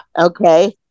Okay